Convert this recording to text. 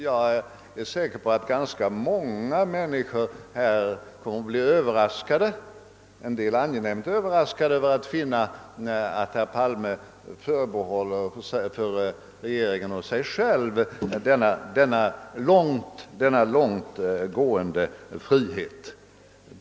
Jag är säker på att ganska många människor kommer att bli överraskade — en del angenämt överraskade — över att finna att herr Palme förbehåller denna långtgående frihet åt regeringen och sig själv.